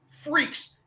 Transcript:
freak's